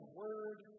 word